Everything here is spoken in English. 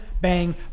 Bang